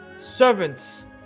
servants